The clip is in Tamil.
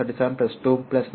2 எல் 37 2 9 0